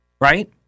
right